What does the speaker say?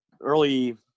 early